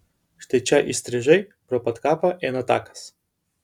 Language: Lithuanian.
štai čia įstrižai pro pat kapą eina takas